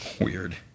weird